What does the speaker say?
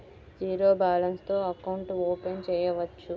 Zero balance తో account open చేయవచ్చు?